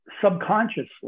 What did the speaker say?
subconsciously